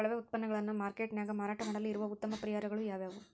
ಕೊಳೆವ ಉತ್ಪನ್ನಗಳನ್ನ ಮಾರ್ಕೇಟ್ ನ್ಯಾಗ ಮಾರಾಟ ಮಾಡಲು ಇರುವ ಉತ್ತಮ ಪರಿಹಾರಗಳು ಯಾವವು?